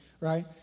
Right